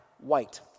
white